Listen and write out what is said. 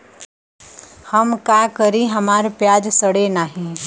हम का करी हमार प्याज सड़ें नाही?